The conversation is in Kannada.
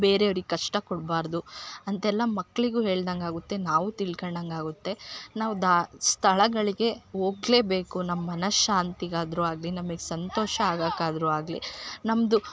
ಬೇರೆಯವ್ರಿಗೆ ಕಷ್ಟ ಕೊಡಬಾರ್ದು ಅಂತೆಲ್ಲ ಮಕ್ಕಳಿಗು ಹೇಳ್ದಂಗೆ ಆಗುತ್ತೆ ನಾವು ತಿಳ್ಕೊಂಡಾಗ್ ಆಗುತ್ತೆ ನಾವು ದ ಸ್ಥಳಗಳಿಗೆ ಹೋಗ್ಲೆಬೇಕು ನಮ್ಮ ಮನಶಾಂತಿಗಾದ್ರು ಆಗಲಿ ನಮಗ್ ಸಂತೋಷ ಆಗೋಕ್ಕಾದ್ರೂ ಆಗಲಿ ನಮ್ದು